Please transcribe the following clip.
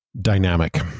Dynamic